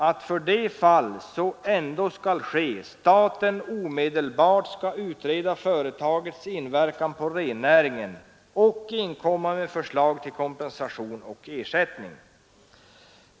Att, för det fall så ändå skall ske, staten omedelbart skall utreda företagets inverkan på rennäringen och inkomma med förslag till kompensation och ersättning.